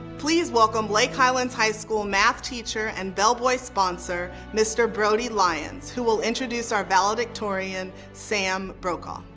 please welcome lake highlands high school math teacher and bellboys sponsor, mr. brody lyons who will introduce our valedictorian, sam brokaw.